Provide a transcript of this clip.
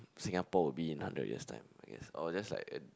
Singapore will be in hundred years' time I guess or just like a